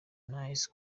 nice